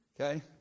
Okay